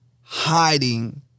hiding